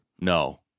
No